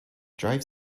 drive